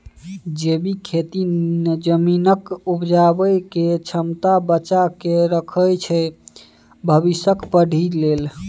जैबिक खेती जमीनक उपजाबै केर क्षमता बचा कए राखय छै भबिसक पीढ़ी लेल